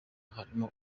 harimo